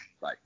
Bye